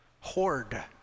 hoard